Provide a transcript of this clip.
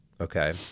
Okay